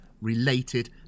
related